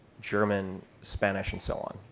german, spanish, and so on.